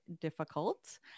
difficult